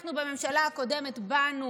אנחנו בממשלה הקודמת באנו,